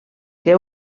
què